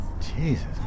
Jesus